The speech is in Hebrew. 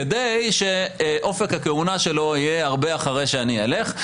כדי שאופק הכהונה שלו יהיה הרבה אחרי שאני אלך.